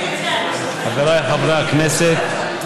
חבריי חברי הכנסת,